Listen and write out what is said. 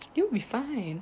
then you'll be fine